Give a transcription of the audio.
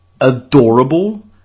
adorable